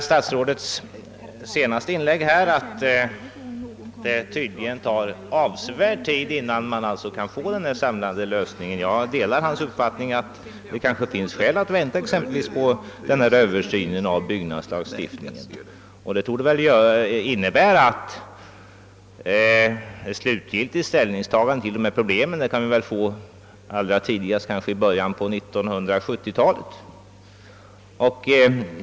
Statsrådets senaste inlägg visar att det tydligen tar avsevärd tid innan vi kan få en samlande lösning. Jag delar hans uppfattning att det kanske finns skäl att vänta exempelvis på översynen av byggnadslagstiftningen. Det torde väl innebära att slutgiltig ställning till dessa problem kan tas allra tidigast i början av 1970-talet.